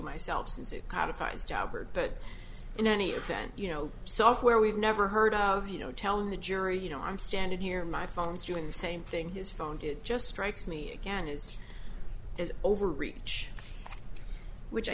jobber but in any event you know software we've never heard of you know telling the jury you know i'm standing here my phone is doing the same thing his phone did just strikes me again is as overreach which i